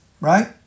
right